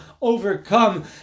overcome